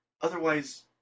Otherwise